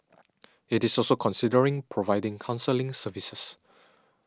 it is also considering providing counselling services